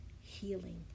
healing